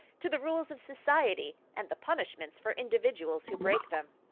to the rules of society and the punishments for individuals who break them.